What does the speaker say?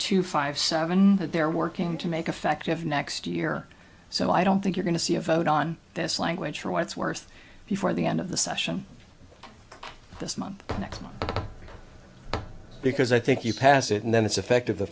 two five seven that they're working to make affect of next year so i don't think we're going to see a vote on this language for what it's worth before the end of the session this month or next month because i think you pass it and then it's effective the